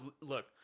look –